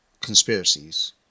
conspiracies